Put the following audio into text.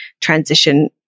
transition